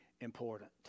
important